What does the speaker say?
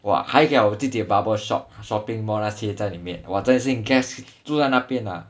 !wah! 还好有自己的 barber shop shopping mall 那些在里面真的是 guest 住那边啊